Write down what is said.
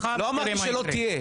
לא אמרתי שלא תהיה.